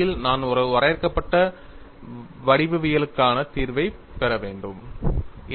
இறுதியில் நான் ஒரு வரையறுக்கப்பட்ட வடிவவியலுக்கான தீர்வைப் பெற வேண்டும்